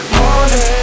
morning